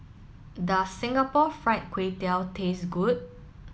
does Singapore Fried Kway Tiao taste good